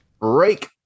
break